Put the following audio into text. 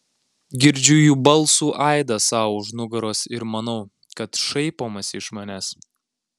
girdžiu jų balsų aidą sau už nugaros ir manau kad šaipomasi iš manęs